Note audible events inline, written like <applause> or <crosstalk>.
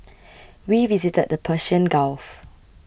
<noise> we visited the Persian Gulf